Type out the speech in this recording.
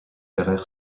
ferrer